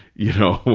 you know,